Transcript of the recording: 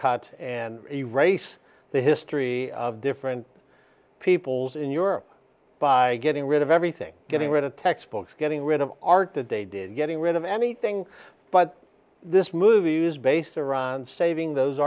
undercut and a race the history of different peoples in europe by getting rid of everything getting rid of textbooks getting rid of art that they did getting rid of anything but this movie is based around saving those